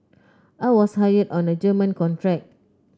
I was hired on a German contract